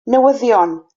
newyddion